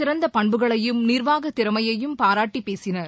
சிறந்த பண்புகளையும் நிர்வாகத் திறமையையும் பாராட்டி பேசினர்